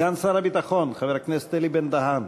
סגן שר הביטחון חבר הכנסת אלי בן-דהן.